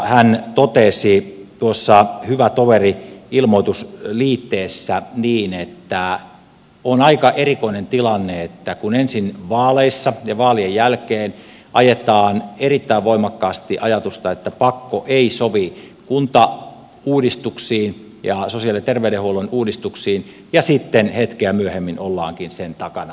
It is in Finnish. hän totesi tuossa hyvä toveri ilmoitusliitteessä niin että on aika erikoinen tilanne että kun ensin vaaleissa ja vaalien jälkeen ajetaan erittäin voimakkaasti ajatusta että pakko ei sovi kuntauudistuksiin ja sosiaali ja terveydenhuollon uudistuksiin sitten hetkeä myöhemmin ollaankin sen takana